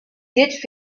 did